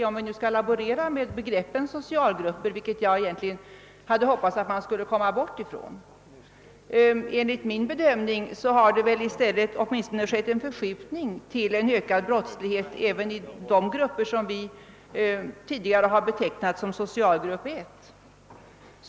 — om vi nu skall laborera med begreppet socialgrupper, vilket jag egentligen hade hoppats att man skulle ha kommit bort från. Enligt min bedömning har det väl i stället åtminstone skett en förskjutning till ökad brottslighet även i de grupper som vi tidigare har betecknat som socialgrupp 1.